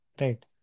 Right